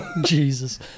Jesus